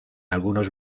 algunos